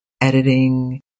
editing